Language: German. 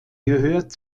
gehört